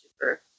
super